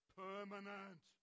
permanent